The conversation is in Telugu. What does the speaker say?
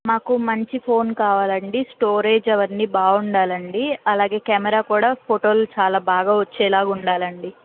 మాకు మంచి ఫోన్ కావాలండీ స్టోరేజ్ అవన్నీ బాగుండాలండీ అలాగే కెమెరా కూడా ఫోటోలు చాలా బాగా వచ్చేలాగా ఉండాలండీ